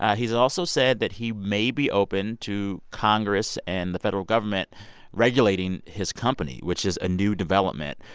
ah he's also said that he may be open to congress and the federal government regulating his company, which is a new development.